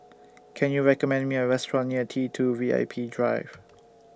Can YOU recommend Me A Restaurant near T two V I P Drive